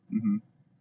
mmhmm